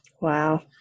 Wow